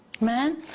Man